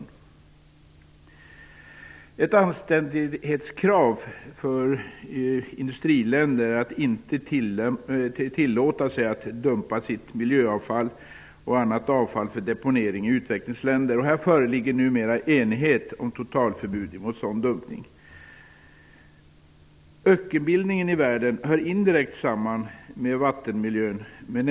Det är ett anständighetskrav för industriländer att inte tillåta sig att dumpa sitt miljöavfall och annat avfall för deponering i utvecklingsländer. Det föreligger numera enighet om totalförbud mot sådan dumpning. Ökenbildningen i världen hör indirekt samman med vattenmiljön.